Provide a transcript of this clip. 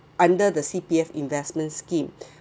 under the C_P_F investment scheme